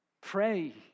Pray